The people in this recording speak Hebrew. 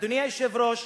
אדוני היושב-ראש,